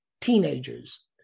teenagers